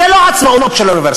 זו לא עצמאות של אוניברסיטה,